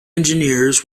engineers